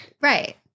Right